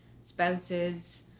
spouses